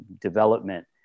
development